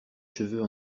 cheveux